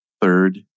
Third